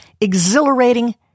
exhilarating